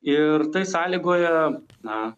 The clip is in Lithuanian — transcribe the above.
ir tai sąlygoja na